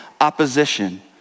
opposition